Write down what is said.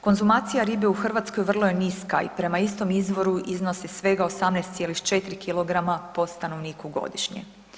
Konzumacije ribe u Hrvatskoj vrlo je niska i prema istom izvoru iznosi svega 18,4 kg po stanovniku godišnje.